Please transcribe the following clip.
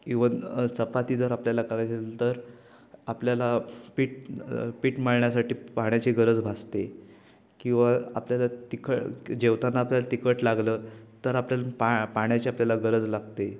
even चपाती जर आपल्याला करायचं तर आपल्याला पीठ पीठ मळण्यासाठी पाण्याची गरज भासते किंवा आपल्याला तिखट जेवताना आपल्याला तिखट लागलं तर आपल्याला पा पाण्याची आपल्याला गरज लागते